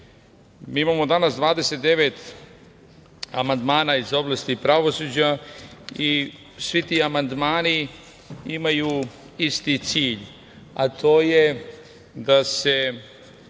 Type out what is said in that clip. imamo danas 29 amandmana iz oblasti pravosuđa i svi ti amandmani imaju isti cilj, a to je da se